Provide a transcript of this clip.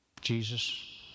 Jesus